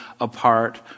apart